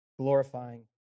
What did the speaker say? Glorifying